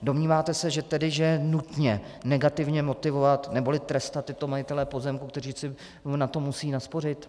Domníváte se tedy, že je nutné negativně motivovat neboli trestat tyto majitele pozemku, kteří si na to musí naspořit?